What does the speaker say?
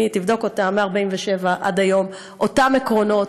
תבדוק אותם מ-47' עד היום: אותם עקרונות,